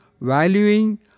valuing